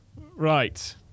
right